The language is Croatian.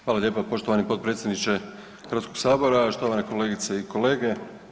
Hvala lijepa poštovani potpredsjedniče Hrvatskoga sabora, štovane kolegice i kolege.